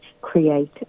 create